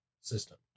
system